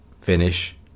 finish